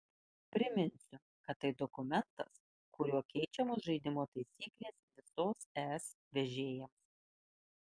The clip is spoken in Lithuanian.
priminsiu kad tai dokumentas kuriuo keičiamos žaidimo taisyklės visos es vežėjams